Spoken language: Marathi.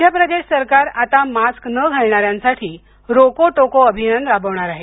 मध्य प्रदेश सरकार आता मास्क न घालणाऱ्यांसाठी रोको टोको अभियान राबवणार आहे